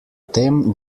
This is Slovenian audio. tem